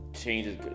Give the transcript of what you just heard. changes